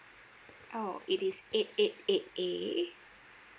oh it is eight eight eight A